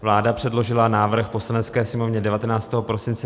Vláda předložila návrh Poslanecké sněmovně 19. prosince 2019.